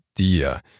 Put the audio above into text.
idea